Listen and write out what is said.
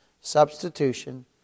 Substitution